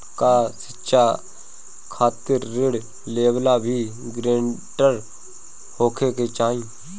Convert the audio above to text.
का शिक्षा खातिर ऋण लेवेला भी ग्रानटर होखे के चाही?